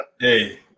hey